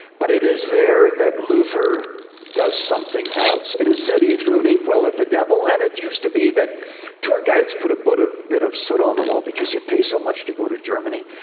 but it is there that luther does something else. it is said he through an inkwell at the devil. and it used to be that tour guides put a but ah bit of soot on the wall. because you pay so much to go to germany.